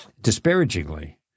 Disparagingly